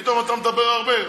פתאום אתה מדבר הרבה?